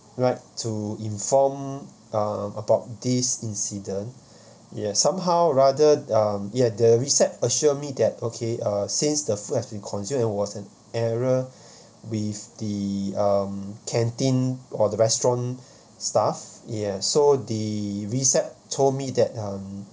right to inform uh about this incident ya somehow rather um ya the recep assure me that okay uh since the food has been consumed and was an error with the um canteen or the restaurant staff ya so the recep told me that um